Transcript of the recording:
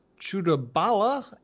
Chudabala